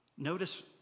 Notice